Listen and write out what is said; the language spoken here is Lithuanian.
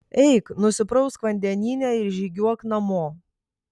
eik nusiprausk vandenyne ir žygiuok namo